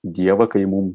dievą kai mum